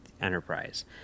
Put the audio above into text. Enterprise